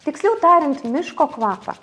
tiksliau tariant miško kvapą